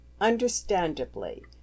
Understandably